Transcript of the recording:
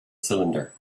cylinder